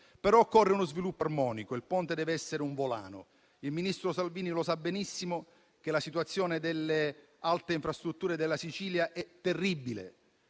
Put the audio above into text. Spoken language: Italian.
tuttavia uno sviluppo armonico. Il Ponte dev'essere un volano: il ministro Salvini sa benissimo che la situazione delle alte infrastrutture della Sicilia è terribile.